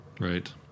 Right